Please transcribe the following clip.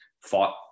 fought